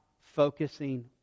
focusing